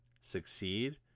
succeed